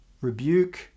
rebuke